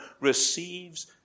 receives